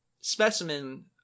specimen